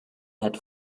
had